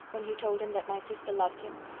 when you told him that my sister loved him,